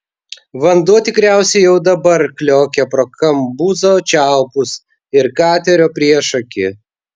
vanduo tikriausiai jau dabar kliokia pro kambuzo čiaupus ir katerio priešakį